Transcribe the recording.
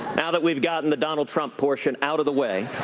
now that we've gotten the donald trump portion out of the way.